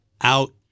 out